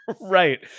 Right